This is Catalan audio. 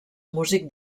músic